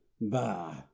bah